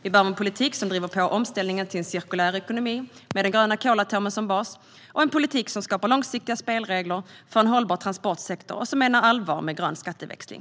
Vi behöver en politik som driver på omställningen till en cirkulär ekonomi med den gröna kolatomen som bas, en politik som skapar långsiktiga spelregler för en hållbar transportsektor och en politik som menar allvar med grön skatteväxling.